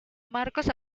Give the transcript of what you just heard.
marcos